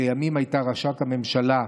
שלימים הייתה ראשת הממשלה,